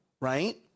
right